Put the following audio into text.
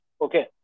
okay